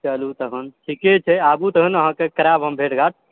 चलु तहन ठीके छै आबू तहन अहाँक करैब हम भेटघाट